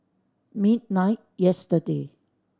midnight yesterday